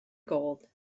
gold